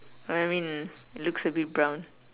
I mean looks a bit brown